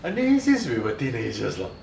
I met him since we were teenagers lor